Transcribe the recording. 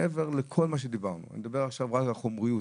זה מעבר לכל מה שדיברנו אני מדבר עכשיו רק על החומריות,